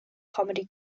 comedy